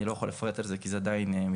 אני לא יכול לפרט על זה כי זה עדיין מתנהל.